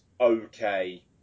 okay